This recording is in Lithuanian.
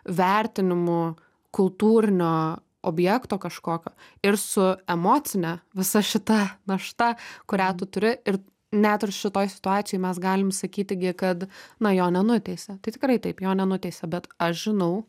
vertinimu kultūrinio objekto kažkokio ir su emocine visa šita našta kurią tu turi ir net ir šitoj situacijoj mes galim sakyti gi kad na jo nenuteisė tai tikrai taip jo nenuteisė bet aš žinau